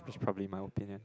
it's probably my opinion